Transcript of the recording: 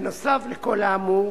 בנוסף לכל האמור,